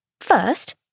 First